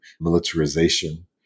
militarization